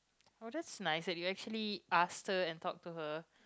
was just nice actually asked her and talked to her